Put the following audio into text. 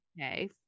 okay